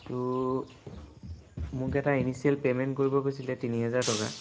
তো মোক এটা ইনিশ্যিয়েল পে'মেণ্ট কৰিব কৈছিলে তিনি হেজাৰ টকা